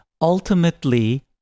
ultimately